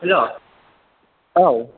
hello औ